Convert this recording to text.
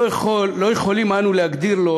לא יכולים אנו להגדיר לו